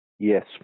Yes